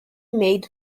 made